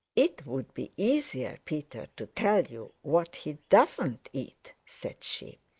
it would be easier, peter, to tell you what he doesn't eat, said she.